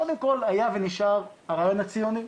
קודם כל היה ונשאר הרעיון הציוני.